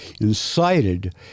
incited